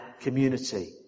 community